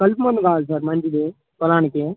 కల్తీ మందు కాదు సార్ మంచిది పోలానికి